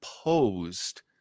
opposed